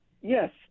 Yes